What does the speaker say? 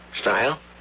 Style